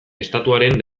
estatuaren